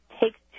takes